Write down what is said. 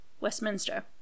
Westminster